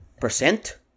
percent